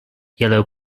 yellow